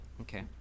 okay